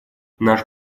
наш